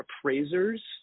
appraisers